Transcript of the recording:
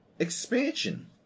Expansion